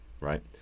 right